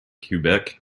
quebec